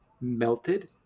melted